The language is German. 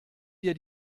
wir